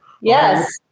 yes